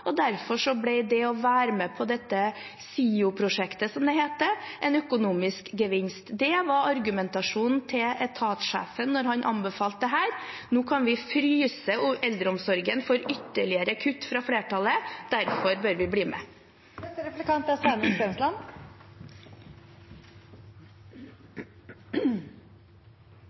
og derfor ble det å være med på dette SIO-prosjektet, som det heter, en økonomisk gevinst. Det var argumentasjonen til etatssjefen da han anbefalte dette: Nå kunne de fryse eldreomsorgen for ytterligere kutt fra flertallet, derfor burde de bli med. Det er